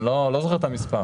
אני לא זוכר את המספר.